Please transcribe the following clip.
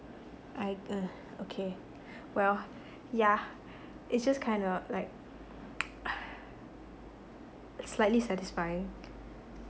I ugh okay well yeah it's just kinda like slightly satisfying